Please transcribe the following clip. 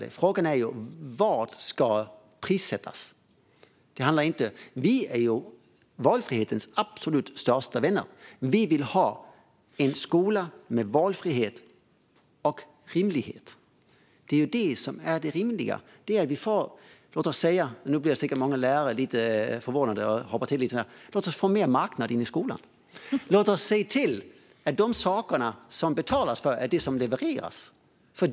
Det handlar om vad som ska prissättas. Vi är valfrihetens absolut största vänner. Vi vill ha en skola med valfrihet och rimlighet. Många lärare blir säkert förvånade när jag säger: Låt oss få in lite mer marknad i skolan. Låt oss se till att det vi betalar för också levereras.